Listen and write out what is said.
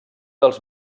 dels